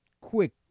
quick